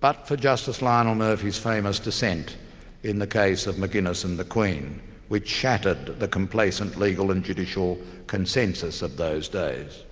but for justice lionel murphy's famous dissent in the case of mcinniss and the queen which shattered the complacent legal and judicial consensus of those days.